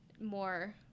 more